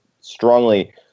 strongly